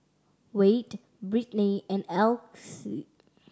Wayde Brittnay and Alyce